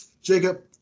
Jacob